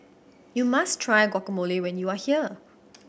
you must try Guacamole when you are here